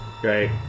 Great